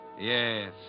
Yes